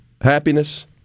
happiness